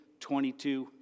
22